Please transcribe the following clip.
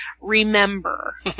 remember